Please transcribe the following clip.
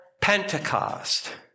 Pentecost